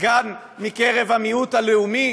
סגן מקרב המיעוט הלאומי?